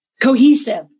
cohesive